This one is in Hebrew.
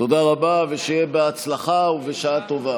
תודה רבה, ושיהיה בהצלחה ובשעה טובה.